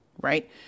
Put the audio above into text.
right